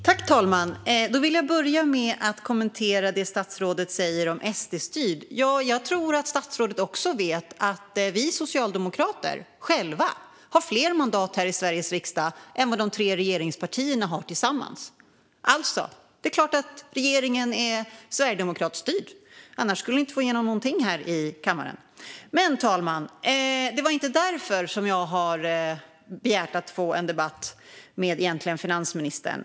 Fru talman! Låt mig börja med att kommentera det statsrådet säger om att inte vara SD-styrd. Statsrådet vet nog att Socialdemokraterna har fler mandat i Sveriges riksdag än vad de tre regeringspartierna har tillsammans. Med andra ord är regeringen styrd av Sverigedemokraterna, för annars skulle regeringen inte få igenom något här i kammaren. Men det var inte därför jag ställde denna interpellation, egentligen till finansministern.